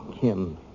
Kim